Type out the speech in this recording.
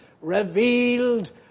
revealed